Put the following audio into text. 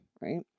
right